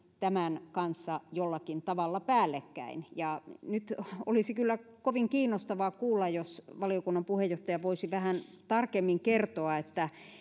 tämän kanssa jollakin tavalla päällekkäin nyt olisi kyllä kovin kiinnostavaa kuulla jos valiokunnan puheenjohtaja voisi vähän tarkemmin kertoa